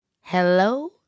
Hello